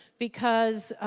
because